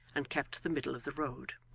and kept the middle of the road.